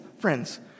friends